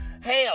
hell